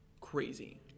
crazy